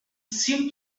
seemed